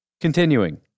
Continuing